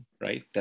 right